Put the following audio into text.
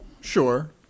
sure